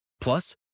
Plus